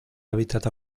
hábitat